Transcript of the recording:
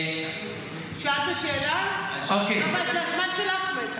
שאלת שאלה, אבל זה הזמן של אחמד.